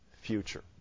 future